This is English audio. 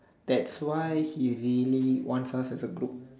that's why he really wants us a group